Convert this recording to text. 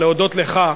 להודות לך,